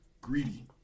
greedy